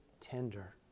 tender